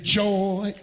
joy